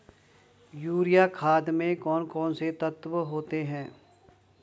Urea खाद में कौन कौन से तत्व होते हैं?